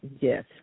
Yes